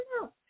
no